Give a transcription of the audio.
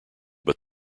but